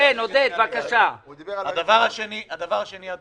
הדבר השני לא